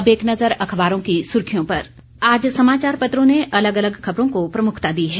और अब एक नजर अखबारों की सुर्खियों पर आज समाचार पत्रों ने अलग अलग खबरों को प्रमुखता दी है